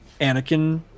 Anakin